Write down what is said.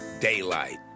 daylight